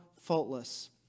faultless